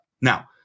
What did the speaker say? Now